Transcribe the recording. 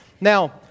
Now